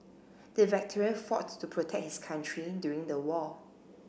the veteran fought to protect his country during the war